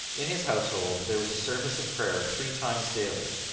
in his household there was a service of prayer three times daily,